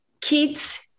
kids